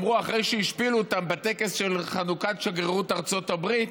אמרו: אחרי שהשפילו אותם בטקס חנוכת שגרירות ארצות הברית